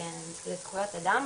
לזכויות אדם.